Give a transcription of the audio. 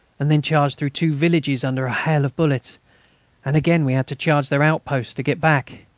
and then charged through two villages under a hail of bullets and again we had to charge their outposts to get back.